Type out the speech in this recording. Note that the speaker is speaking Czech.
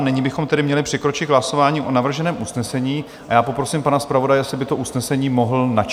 Nyní bychom tedy měli přikročit k hlasování o navrženém usnesení a já poprosím pana zpravodaje, jestli by to usnesení mohl načíst.